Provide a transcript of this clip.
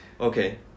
okay